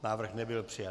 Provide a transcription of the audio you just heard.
Návrh nebyl přijat.